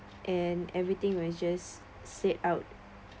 and everything we were just said out